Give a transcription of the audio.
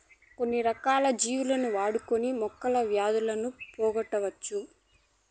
కొన్ని రకాల జీవులను వాడుకొని మొక్కలు వ్యాధులను పోగొట్టవచ్చు